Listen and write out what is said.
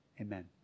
Amen